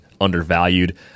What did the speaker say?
undervalued